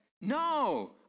no